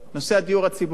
נושא הדיור הציבורי.